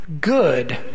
good